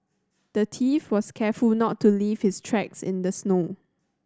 the thief was careful to not leave his tracks in the snow